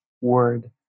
word